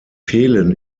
fehlen